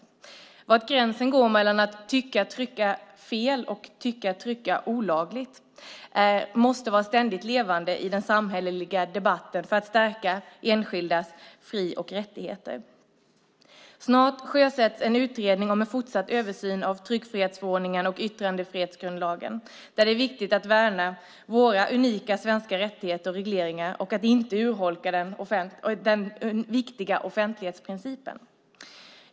Frågan om var gränsen går mellan att tycka trycka olagligt måste vara ständigt levande i den samhälleliga debatten för att stärka den enskildes fri och rättigheter. Snart sjösätts en utredning om en fortsatt översyn av tryckfrihetsförordningen och yttrandefrihetsgrundlagen där det är viktigt att värna våra unika svenska rättigheter och regleringar liksom att inte urholka den viktiga offentlighetsprincipen.